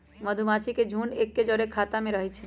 मधूमाछि के झुंड एके जौरे ख़ोता में रहै छइ